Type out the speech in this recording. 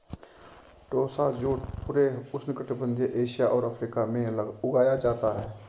टोसा jute पूरे उष्णकटिबंधीय Asia और अफ्रीका में उगाया जाता है